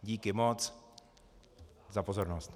Díky moc za pozornost.